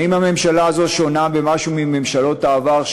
האם הממשלה הזאת שונה במשהו מממשלות העבר,